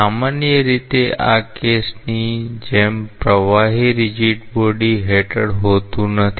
સામાન્ય રીતે આ કેસની જેમ પ્રવાહી રીજીડ બોડી હેઠળ હોતું નથી